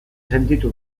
sentitu